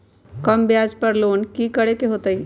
कम ब्याज पर लोन की करे के होतई?